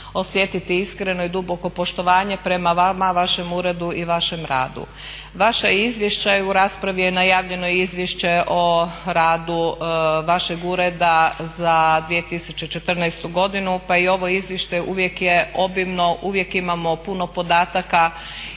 osjetiti iskreno i duboko poštovanje prama vama, vašem uredu i vašem radu.